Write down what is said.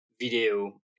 video